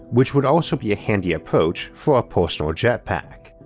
which would also be a handy approach for a personal jetpack,